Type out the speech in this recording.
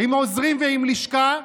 עם עוזרים ועם לשכה.